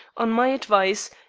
on my advice,